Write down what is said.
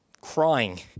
crying